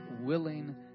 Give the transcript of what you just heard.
willing